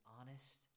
honest